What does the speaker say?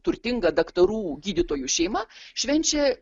turtinga daktarų gydytojų šeima švenčia